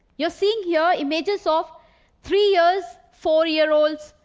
you're seeing here images of three years, four-year-olds,